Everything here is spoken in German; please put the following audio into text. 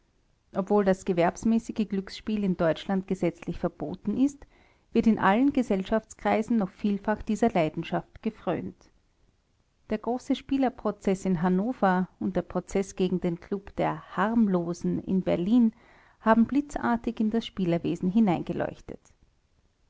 obwohl das gewerbsmäßige glücksspiel in deutschland gesetzlich verboten ist wird in allen gesellschaftskreisen noch vielfach dieser leidenschaft gefrönt der große spielerprozeß in hannover und der prozeß gegen den klub der harmlosen in berlin haben blitzartig in das spielerwesen